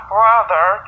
Brother